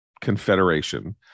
confederation